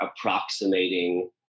approximating